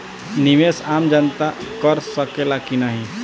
निवेस आम जनता कर सकेला की नाहीं?